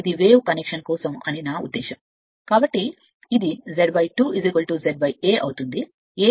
కాబట్టి ఇది Z 2 Z N అవుతుంది A 2